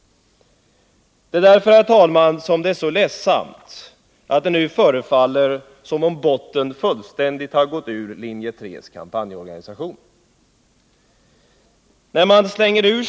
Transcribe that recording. Därför är det, herr talman, så ledsamt att det nu förefaller som om botten fullständigt har gått ur linje 3:s kampanjorganisation i saklighetshänseende.